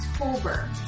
October